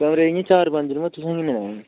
कमरे इ'यां चार पं'ञ न पर तु'सें कि'न्नै लैने न